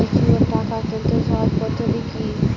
Mature টাকা তুলতে সহজ পদ্ধতি কি?